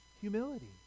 humility